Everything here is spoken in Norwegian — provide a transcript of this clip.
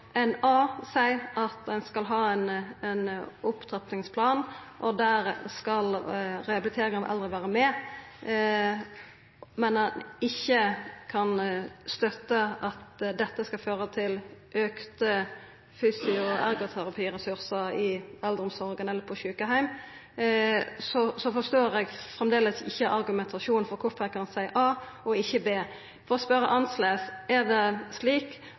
seier A, at ein skal ha ein opptrappingsplan, og der skal rehabilitering av eldre vera med, men ein kan ikkje støtta at dette skal føra til auka fysioterapi- og ergoterapiressursar i eldreomsorga eller på sjukeheim, forstår eg framleis ikkje argumentasjonen for kvifor ein ikkje kan seia B. For å spørja annleis: Ser statsråden nokon argument for at det